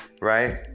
right